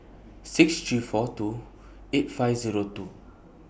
six three four two eight five Zero two